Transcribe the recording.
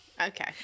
okay